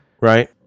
Right